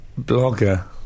blogger